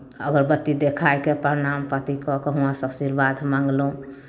अगरबत्ती देखाए कऽ प्रणाम पाति कऽ कऽ हुआँ सभसँ आशीर्वाद मङ्गलहुँ